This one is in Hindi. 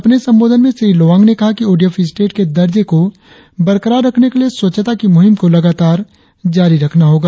अपने संबोधन में श्री लोवांग ने कहा कि ओडीएफ स्टेट के दर्जे को बरकरार रखने के लिए स्वच्छता की मुहिम को लगातार जारी रखना होगा